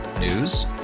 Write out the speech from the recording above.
News